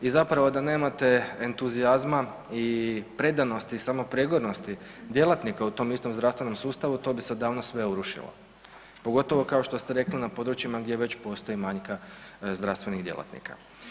I zapravo da nemate entuzijazma i predanosti, samoprijekornosti djelatnika u tom istom zdravstvenom sustavu to bi se odavno sve urušilo pogotovo kao što ste rekli na područjima gdje već postoji manjka zdravstvenih djelatnika.